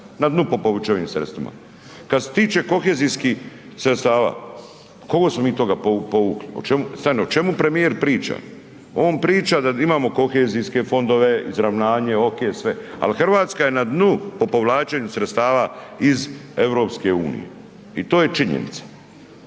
na dnu po povućenim sredstvima. Kada se tiče kohezijskih sredstava, koliko smo mi toga povukli, o čemu, stani, o čemu premijer priča. On priča da imamo kohezijske fondove, izravnanje, ok, sve. Ali Hrvatska je na dnu po povlačenju sredstava iz EU i to je činjenica.